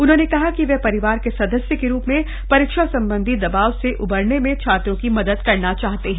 उन्होंने कहा कि वे परिवार के सदस्य के रूप में परीक्षा संबंधी दबाव से उबरने में छात्रों की मदद करना चाहते हैं